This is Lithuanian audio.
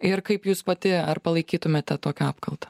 ir kaip jūs pati ar palaikytumėte tokia apkalta